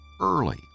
early